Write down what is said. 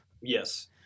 Yes